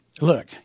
Look